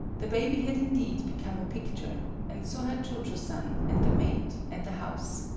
the baby had indeed become a picture and so had cho-cho-san and the maid and the house.